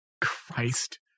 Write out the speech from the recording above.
Christ